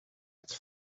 its